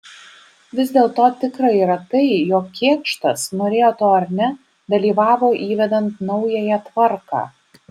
vis dėlto tikra yra tai jog kėkštas norėjo to ar ne dalyvavo įvedant naująją tvarką